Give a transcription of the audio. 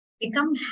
Become